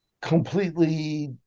completely